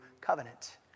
covenant